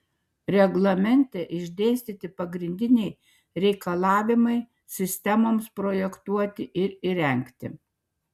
reglamente išdėstyti pagrindiniai reikalavimai sistemoms projektuoti ir įrengti